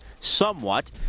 somewhat